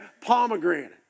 pomegranate